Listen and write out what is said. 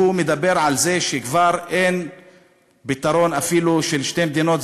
שהוא מדבר על זה שכבר אין פתרון אפילו של שתי מדינות,